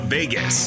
Vegas